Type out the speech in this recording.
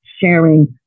sharing